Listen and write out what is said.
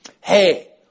Hey